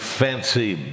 fancy